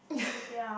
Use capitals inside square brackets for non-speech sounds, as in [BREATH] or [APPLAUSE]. [BREATH]